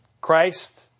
Christ